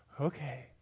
Okay